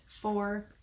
four